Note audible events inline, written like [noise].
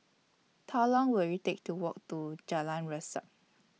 [unintelligible] Long Will IT Take to Walk to Jalan Resak